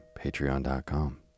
patreon.com